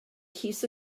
llys